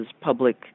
public